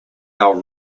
our